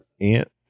aunt